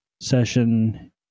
session